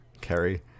Carrie